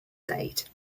date